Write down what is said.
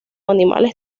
animales